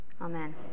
Amen